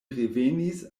revenis